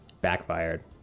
Backfired